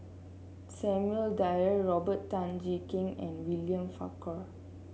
Samuel Dyer Robert Tan Jee Keng and William Farquhar